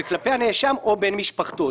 וכלפי הנאשם או בן משפחתו.